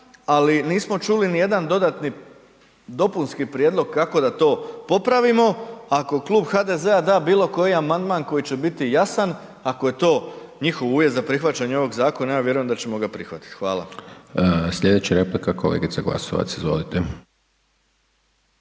ali nismo čuli ni jedan dodatni, dopunski prijedlog kako da to popravimo. Ako klub HDZ-a da bilo koji amandman koji će biti jasan, ako je to njihov uvjet za prihvaćanje ovog zakona ja vjerujem da ćemo ga prihvatiti. Hvala. **Hajdaš Dončić, Siniša (SDP)** Sljedeća replika kolegica Glasovac, izvolite.